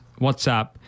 WhatsApp